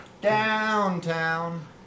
Downtown